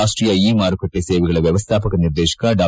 ರಾಷ್ಟೀಯ ಇ ಮಾರುಕಟ್ಟೆ ಸೇವೆಗಳ ವ್ಯವಸ್ಥಾಪಕ ನಿರ್ದೇಶಕ ಡಾ